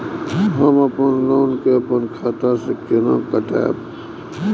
हम अपन लोन के अपन खाता से केना कटायब?